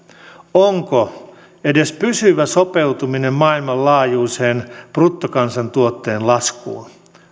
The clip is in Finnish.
onko edessä pysyvä sopeutuminen maailmanlaajuiseen bruttokansantuotteen laskuun